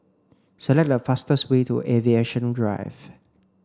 Select the fastest way to Aviation Drive